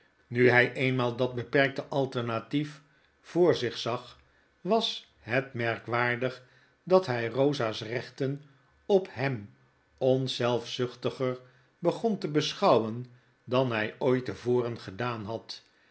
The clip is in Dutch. nu hfl eenmaal dat beperkte alternatief voor zich zag was het merk waardig dat hfl rosa's rechten op hemonzelfzuchtiger begon te beschouwen dan hij ooit te voren gedaan had